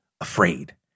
afraid